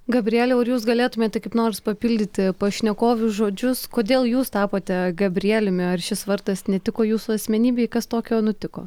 gabrieliau ar jūs galėtumėte kaip nors papildyti pašnekovių žodžius kodėl jūs tapote gabrieliumi ar šis vardas netiko jūsų asmenybei kas tokio nutiko